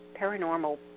paranormal